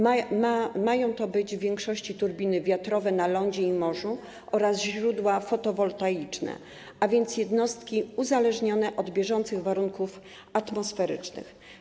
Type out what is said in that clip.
Mają to być w większości turbiny wiatrowe na lądzie i morzu oraz źródła fotowoltaiczne, a więc jednostki uzależnione od bieżących warunków atmosferycznych.